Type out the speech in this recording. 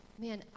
man